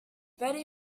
ready